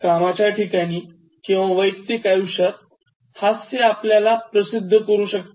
कामाच्या ठिकाणी किंवा वयक्तिक आयुष्यात हास्य आपल्याला प्रसिद्ध करू शकते